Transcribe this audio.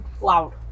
Loud